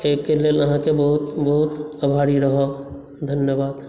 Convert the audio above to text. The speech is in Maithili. एहिके लेल आहाँकेँ बहुत बहुत आभारी रहब धन्यवाद